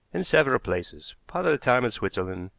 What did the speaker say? in several places, part of the time in switzerland,